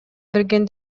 берген